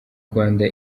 rwanda